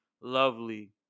lovely